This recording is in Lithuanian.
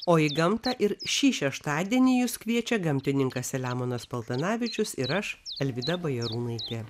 o į gamtą ir šį šeštadienį jus kviečia gamtininkas selemonas paltanavičius ir aš alvyda bajarūnaitė